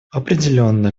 определенно